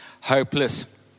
hopeless